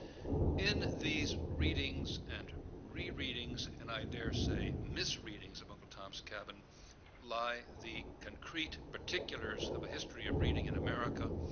in these readings and re-readings, and i daresay mis-readings of uncle tom's cabin lay the concrete particulars of a history of reading in america.